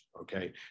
Okay